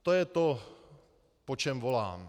To je to, po čem volám.